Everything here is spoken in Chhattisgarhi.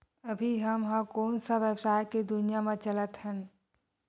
अभी हम ह कोन सा व्यवसाय के दुनिया म चलत हन?